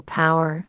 power